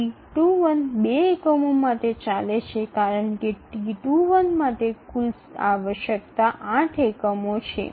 T21 ૨ એકમો માટે ચાલે છે કારણ કે T 21 માટેની કુલ આવશ્યકતા 8 એકમો છે